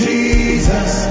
Jesus